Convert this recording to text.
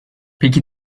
peki